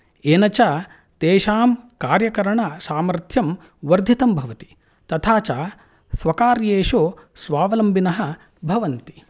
येन च तेषां कार्यकरणसामर्थ्यं वर्धितं भवति तथा च स्वकार्येषु स्वावलम्बिनः भवन्ति